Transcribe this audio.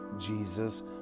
Jesus